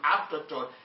afterthought